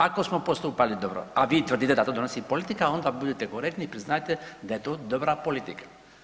Ako smo postupali dobro, a vi tvrdite da to donosi politika, onda budite korektni i priznajte da je to dobra politika.